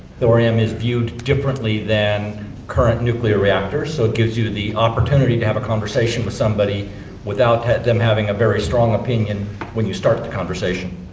thorium is viewed differently than current nuclear reactors. so it gives you the opportunity to have a conversation with somebody without them having a very strong opinion when you start the conversation.